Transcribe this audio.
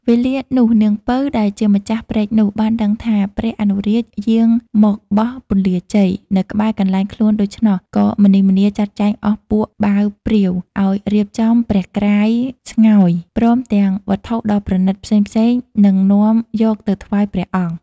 វេលានោះនាង ពៅ ដែលជាម្ចាស់ព្រែកនោះ បានដឹងថា ព្រះអនុរាជយាងមកបោះពន្លាជ័យ នៅក្បែរកន្លែងខ្លួនដូច្នោះ ក៏ម្នីម្នាចាត់ចែងអស់ពួកបាវព្រាវ ឲ្យរៀបចំព្រះក្រាយស្ងោយ ព្រមទាំងវត្ថុដ៏ប្រណីតផ្សេងៗ នឹងនាំយកទៅថ្វាយព្រះអង្គ ។